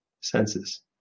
senses